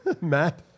Matt